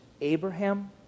Abraham